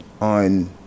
on